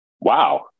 wow